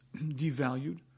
devalued